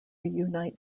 reunite